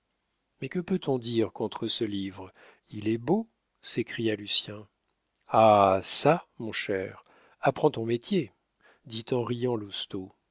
mais que peut-on dire contre ce livre il est beau s'écria lucien ha çà mon cher apprends ton métier dit en riant